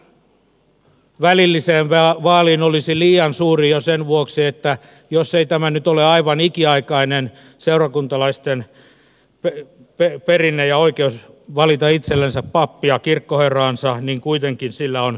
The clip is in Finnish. hyppäys välilliseen vaaliin olisi liian suuri jo sen vuoksi että jos ei tämä nyt ole aivan ikiaikainen seurakuntalaisten perinne ja oikeus valita itse pappinsa ja kirkkoherransa niin kuitenkin sillä on pitkä perinne